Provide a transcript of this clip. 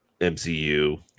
MCU